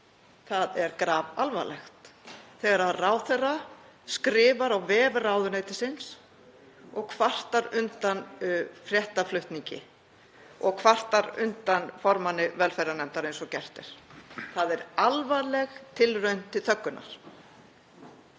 Það er grafalvarlegt þegar ráðherra skrifar á vef ráðuneytisins og kvartar undan fréttaflutningi og kvartar undan formanni velferðarnefndar eins og gert er. Það er alvarleg tilraun til þöggunar.